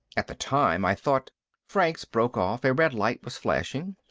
at the time, i thought franks broke off. a red light was flashing.